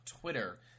Twitter